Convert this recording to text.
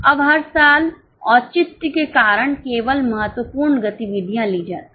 अब हर साल औचित्य के कारण केवल महत्वपूर्ण गतिविधियां ली जाती हैं